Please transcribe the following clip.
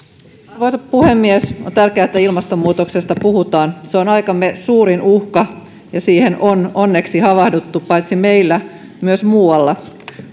arvoisa puhemies on tärkeää että ilmastonmuutoksesta puhutaan se on aikamme suurin uhka ja siihen on onneksi havahduttu paitsi meillä myös muualla